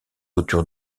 autour